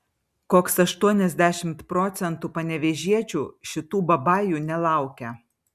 koks aštuoniasdešimt procentų panevėžiečių šitų babajų nelaukia